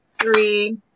three